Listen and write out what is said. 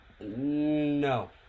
No